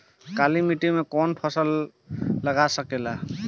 काली मिट्टी मे कौन कौन फसल लाग सकेला?